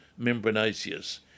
membranaceus